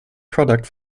product